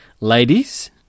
Ladies